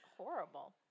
horrible